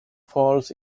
falls